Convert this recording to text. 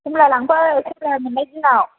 खमला लांफै खमला मोनबाय जोंनाव